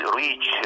reach